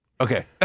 Okay